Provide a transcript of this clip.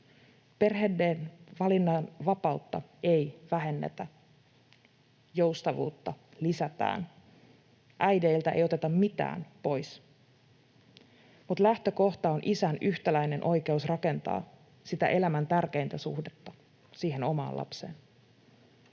Perheiden valinnanvapautta ei vähennetä, joustavuutta lisätään. Äideiltä ei oteta mitään pois, mutta lähtökohta on isän yhtäläinen oikeus rakentaa sitä elämän tärkeintä suhdetta siihen omaan lapseen.